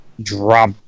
drop